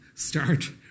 start